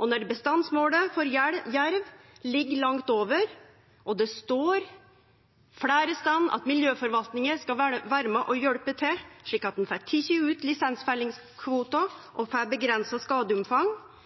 Når bestandsmålet for jerv ligg langt over, og det står fleire stadar at miljøforvaltinga skal vere med på å hjelpe til slik at ein får teke ut